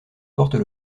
portes